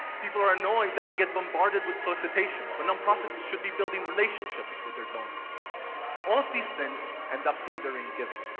people are annoyed that they get bombarded with solicitations when nonprofits should be building relationships with their donors. all of these things end up hindering giving.